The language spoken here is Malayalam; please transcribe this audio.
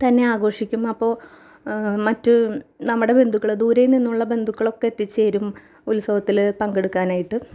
തന്നെ ആഘോഷിക്കും അപ്പോൾ മറ്റ് നമ്മുടെ ബന്ധുക്കൾ ദൂരെ നിന്നുള്ള ബന്ധുക്കളൊക്കെ എത്തിച്ചേരും ഉത്സവത്തിൽ പങ്കെടുക്കാനായിട്ട്